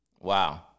Wow